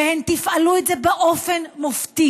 והם תפעלו את זה באופן מופתי.